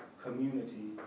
community